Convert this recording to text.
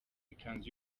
ikanzu